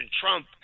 Trump